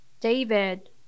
David